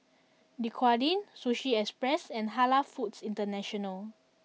Dequadin Sushi Express and Halal Foods International